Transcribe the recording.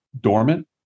dormant